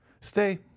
Stay